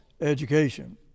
education